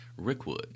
Rickwood